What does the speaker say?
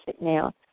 now